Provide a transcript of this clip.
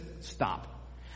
stop